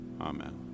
amen